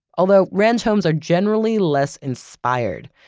although ranch homes are generally less inspired,